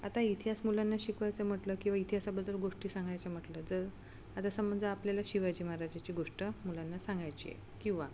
आता इतिहास मुलांना शिकवायचं म्हटलं किंवा इतिहासाबद्दल गोष्टी सांगायचं म्हटलं जर आता समजा आपल्याला शिवाजी महाराजाची गोष्ट मुलांना सांगायची आहे किंवा